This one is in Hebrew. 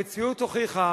המציאות הוכיחה